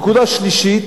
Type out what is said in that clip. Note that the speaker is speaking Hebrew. נקודה שלישית,